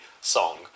song